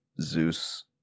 Zeus-